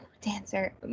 Dancer